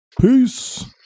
Peace